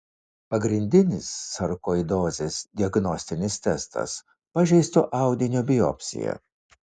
pagrindinis sarkoidozės diagnostinis testas pažeisto audinio biopsija